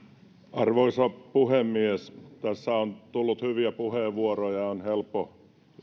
arvoisa puhemies tässä on tullut hyviä puheenvuoroja ja on helppo